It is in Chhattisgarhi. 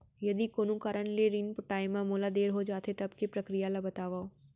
यदि कोनो कारन ले ऋण पटाय मा मोला देर हो जाथे, तब के प्रक्रिया ला बतावव